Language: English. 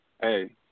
Hey